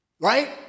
right